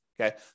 Okay